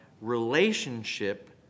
relationship